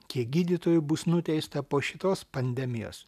kiek gydytojų bus nuteista po šitos pandemijos